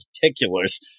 particulars